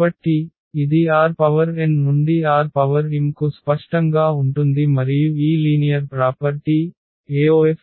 కాబట్టి ఇది Rn నుండి Rm కు స్పష్టంగా ఉంటుంది మరియు ఈ లీనియర్ ప్రాపర్టీ Auv